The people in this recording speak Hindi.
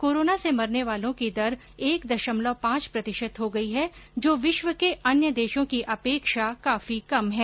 कोरोना से मरने वालों की दर एक दशमलव पांच प्रतिशत हो गई है जो विश्व के अन्य देशों की अपेक्षा काफी कम है